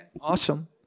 Awesome